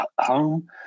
home